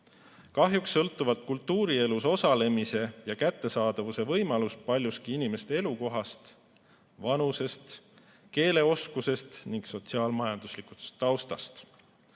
Kahjuks sõltub kultuurielus osalemise võimalus ja kultuuri kättesaadavus paljuski inimeste elukohast, vanusest, keeleoskusest ning sotsiaal‑majanduslikust taustast.